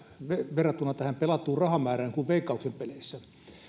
verrattuna tähän pelattuun rahamäärään kuin veikkauksen peleissä